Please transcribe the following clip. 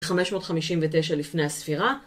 559 לפני הספירה.